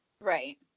right